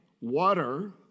water